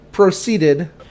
proceeded